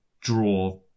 draw